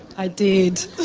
i did.